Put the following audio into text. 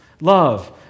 love